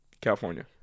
California